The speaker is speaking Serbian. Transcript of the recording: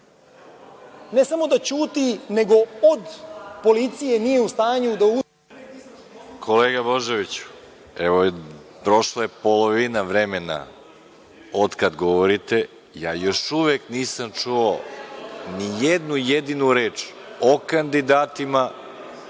ne samo da ćuti, nego od policije nije u stanju …. **Veroljub Arsić** Kolega Božoviću, evo prošla je polovina vremena od kada govorite, ja još uvek nisam čuo ni jednu jedinu reč o kandidatima